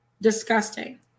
Disgusting